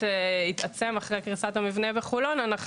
שהתעצם אחרי קריסת המבנה בחולון,